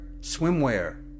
swimwear